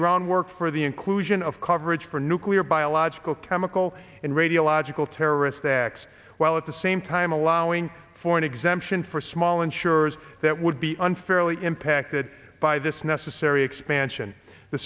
groundwork for the inclusion of coverage for nuclear biological chemical and radiological terrorist acts while at the same time allowing for an exemption for small insurers that would be unfair really impacted by this necessary expansion the